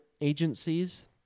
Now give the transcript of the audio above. agencies